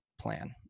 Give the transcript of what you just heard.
plan